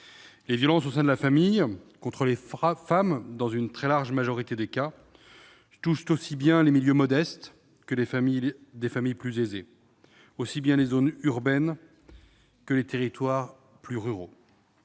Les violences au sein de la famille- contre les femmes, dans une très large majorité des cas -touchent aussi bien les milieux modestes que des familles plus aisées, les zones urbaines que les territoires ruraux.